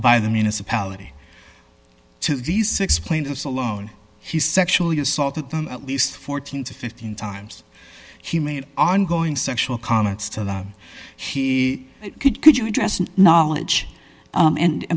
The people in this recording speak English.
by the municipality to these six plaintiffs alone he sexually assaulted them at least fourteen to fifteen times he made ongoing sexual comments to law he could could you address and knowledge and i